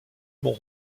mont